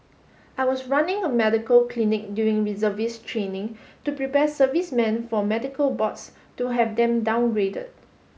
I was running a medical clinic during reservist training to prepare servicemen for medical boards to have them downgraded